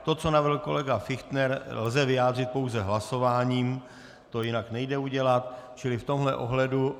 To, co navrhl kolega Fichtner, lze vyjádřit pouze hlasováním, to jinak nejde udělat, čili v tomhle ohledu...